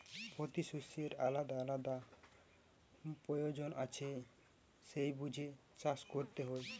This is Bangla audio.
পোতি শষ্যের আলাদা আলাদা পয়োজন আছে সেই বুঝে চাষ কোরতে হয়